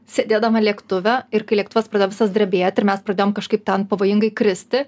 sėdėdama lėktuve ir kai lėktuvas pradeda visas drebėt ir mes pradėjom kažkaip ten pavojingai kristi